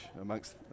amongst